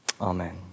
Amen